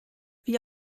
wie